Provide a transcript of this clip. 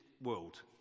world